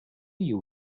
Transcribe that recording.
you